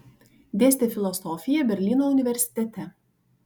dėstė filosofiją berlyno universitete